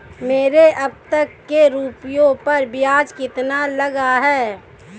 मेरे अब तक के रुपयों पर ब्याज कितना लगा है?